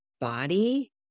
body